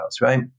right